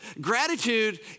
Gratitude